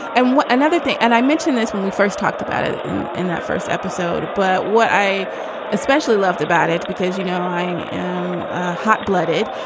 and another thing and i mentioned this when we first talked about it it in in that first episode, but what i especially loved about it, because, you know, i am hot blooded.